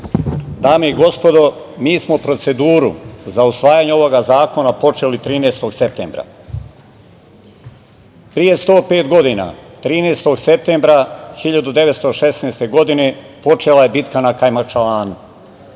Dame i gospodo, mi smo proceduru za usvajanje ovog zakona počeli 13. septembra. Pre 105 godina, 13. septembra 1916. godine počela je bitna na Kajmakčalanu,